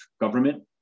government